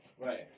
Right